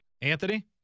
Anthony